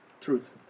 Truth